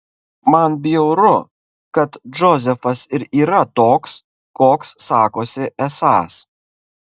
man bjauru kad džozefas ir yra toks koks sakosi esąs